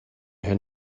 her